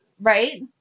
Right